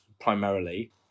primarily